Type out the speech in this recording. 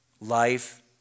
life